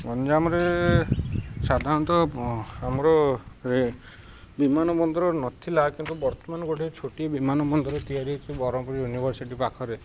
ଗଞ୍ଜାମରେ ସାଧାରଣତଃ ଆମର ବିମାନବନ୍ଦର ନଥିଲା କିନ୍ତୁ ବର୍ତ୍ତମାନ ଗୋଟେ ଛୋଟିଆ ବିମାନବନ୍ଦର ତିଆରି ହେଇଛି ବରଂପୁର ୟୁନିଭର୍ସିଟି ପାଖରେ